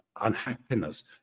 unhappiness